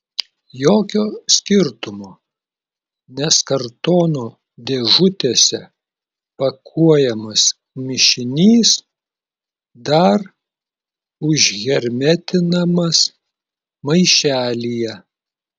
jokio skirtumo nes kartono dėžutėse pakuojamas mišinys dar užhermetinamas maišelyje